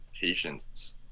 patience